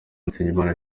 nizeyimana